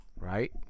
right